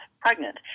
pregnant